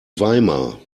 weimar